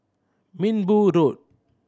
Minbu Road